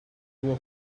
were